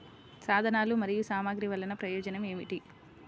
సాధనాలు మరియు సామగ్రి వల్లన ప్రయోజనం ఏమిటీ?